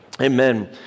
Amen